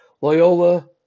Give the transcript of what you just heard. Loyola –